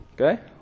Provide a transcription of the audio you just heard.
Okay